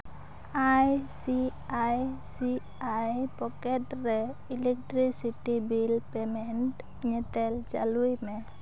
ᱟᱭ ᱥᱤ ᱟᱭ ᱥᱤ ᱟᱭ pockets ᱨᱮ electricity bill payment ᱧᱮᱛᱮᱞ ᱪᱟᱹᱞᱩᱭ ᱢᱮ